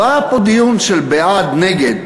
לא היה פה דיון של בעד נגד.